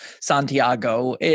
Santiago